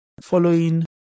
following